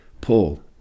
Paul